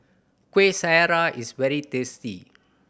Kueh Syara is very tasty